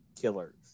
Killers